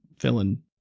villain